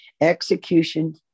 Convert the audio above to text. Execution